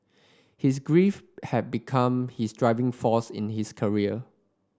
his grief had become his driving force in his career